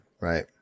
Right